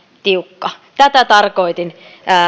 tiukka tätä tarkoitin